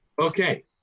Okay